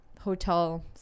Hotel